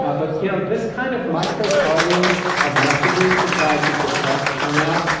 ah but, you know, this kind of micro-targeting of messages to try to depress turnout,